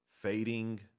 fading